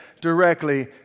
directly